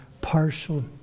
partial